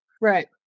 Right